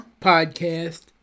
Podcast